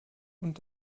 und